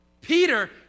Peter